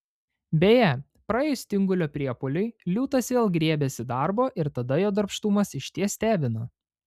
beje praėjus tingulio priepuoliui liūtas vėl griebiasi darbo ir tada jo darbštumas išties stebina